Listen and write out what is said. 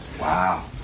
Wow